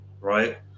right